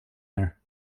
there